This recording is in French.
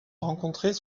rencontrait